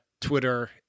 Twitter